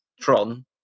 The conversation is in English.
Tron